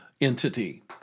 entity